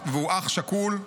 והוא אח שכול,